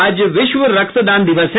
आज विश्व रक्तदान दिवस है